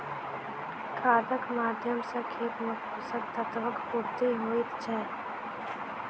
खादक माध्यम सॅ खेत मे पोषक तत्वक पूर्ति होइत छै